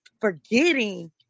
forgetting